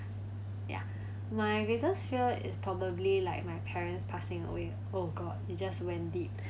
ya my greatest fear is probably like my parents passing away oh god it just went deep